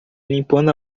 limpando